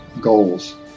goals